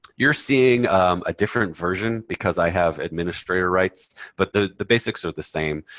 you're seeing a different version because i have administrator rights, but the the basics are the same.